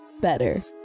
better